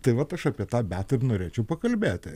tai vat aš apie tą bet ir norėčiau pakalbėti